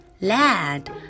Lad